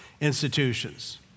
institutions